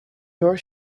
your